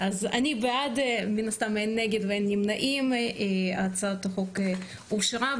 הצבעה בעד, 1 נגד, אין נמנעים, אין ההצעה אושרה.